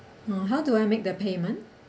uh how do I make the payment